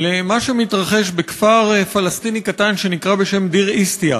למה שמתרחש בכפר פלסטיני קטן שנקרא דיר-איסתיא.